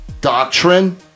doctrine